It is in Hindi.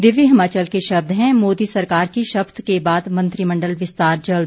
दिव्य हिमाचल के शब्द हैं मोदी सरकार की शपथ के बाद मंत्रिमंडल विस्तार जल्द